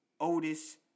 Otis